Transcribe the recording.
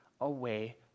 away